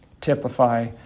typify